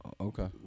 Okay